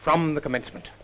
from the commencement